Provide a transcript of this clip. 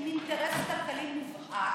עם אינטרס כלכלי מובהק,